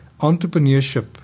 entrepreneurship